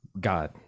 God